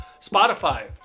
Spotify